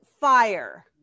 fire